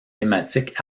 thématiques